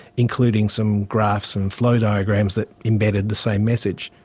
including some graphs and flow diagrams that embedded the same message.